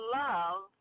love